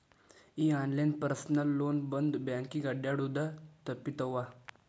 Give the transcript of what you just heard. ಈ online personal loan ಬಂದ್ ಬ್ಯಾಂಕಿಗೆ ಅಡ್ಡ್ಯಾಡುದ ತಪ್ಪಿತವ್ವಾ